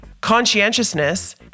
conscientiousness